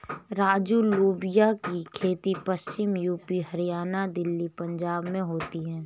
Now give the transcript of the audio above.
राजू लोबिया की खेती पश्चिमी यूपी, हरियाणा, दिल्ली, पंजाब में होती है